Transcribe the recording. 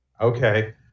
okay